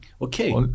Okay